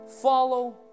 Follow